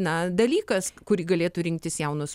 na dalykas kurį galėtų rinktis jaunos